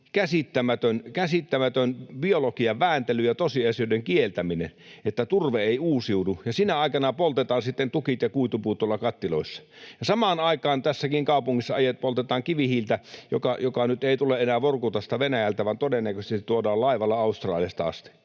käsittämätön biologian vääntely ja tosiasioiden kieltäminen, että turve ei uusiudu, ja sinä aikana poltetaan sitten tukit ja kuitupuut tuolla kattiloissa, ja samaan aikaan tässäkin kaupungissa poltetaan kivihiiltä, joka nyt ei tule enää Vorkutasta Venäjältä, vaan todennäköisesti se tuodaan laivalla Australiasta asti.